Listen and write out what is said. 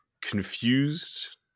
confused